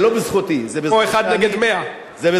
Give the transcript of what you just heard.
כמו אחד נגד 100. זה לא בזכותי,